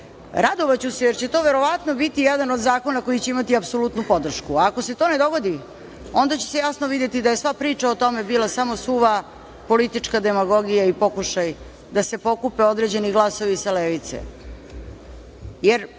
se jer će to verovatno biti jedan od zakona koji će imati apsolutnu podršku. Ako se to ne dogodi, onda će se jasno videti da je sva priča o tome bila samo suva politička demagogija i pokušaj da se pokupe određeni glasovi sa levice,